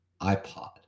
iPod